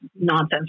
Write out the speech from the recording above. nonsense